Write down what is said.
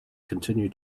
continue